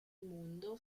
mondo